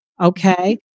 okay